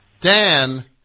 Dan